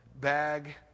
bag